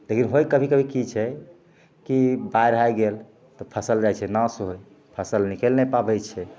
लेकिन होइ कभी कभी कि छै कि बाढ़ि आइ गेल तऽ फसिल जाइ छै नाश होइ फसिल निकलि नहि पाबै छै